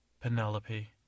Penelope